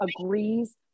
agrees